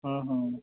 ਹੂੰ ਹੂੰ